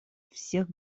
всех